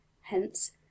hence